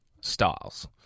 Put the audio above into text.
styles